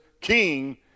king